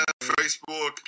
Facebook